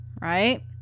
right